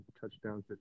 touchdowns